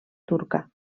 turca